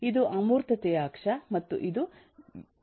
ಇದು ಅಮೂರ್ತತೆಯ ಅಕ್ಷ ಮತ್ತು ಇದು ವಿಭಜನೆಯ ಅಕ್ಷವಾಗಿದೆ